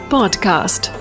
Podcast